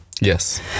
yes